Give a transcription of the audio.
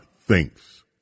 thinks